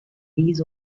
his